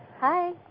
Hi